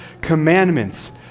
Commandments